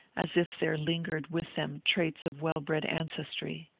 as if there lingered with them traits of well-bred ancestry.